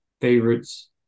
favorites